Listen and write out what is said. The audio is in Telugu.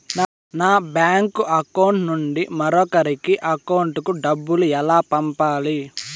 నా బ్యాంకు అకౌంట్ నుండి మరొకరి అకౌంట్ కు డబ్బులు ఎలా పంపాలి